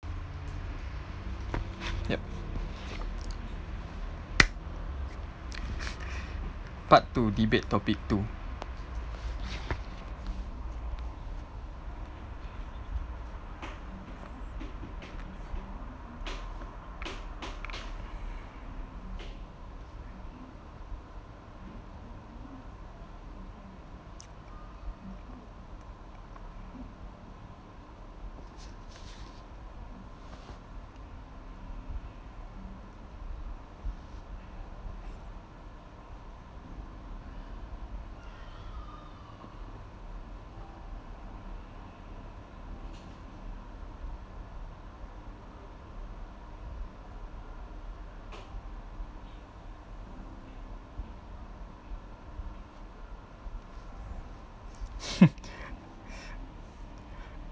yup part two debate topic two